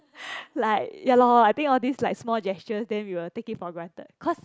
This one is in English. like ya lor I think all these like small gestures then we will take it for granted cause